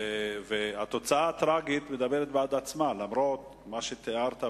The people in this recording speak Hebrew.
התוצאה הטרגית מדברת בעד עצמה למרות מה שתיארת,